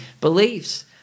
beliefs